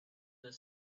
the